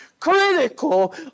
critical